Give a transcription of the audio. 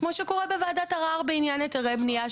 כמו שקורה בוועדת ערר בעניין היתרי בנייה,